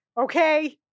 Okay